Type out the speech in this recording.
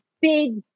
big